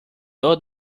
old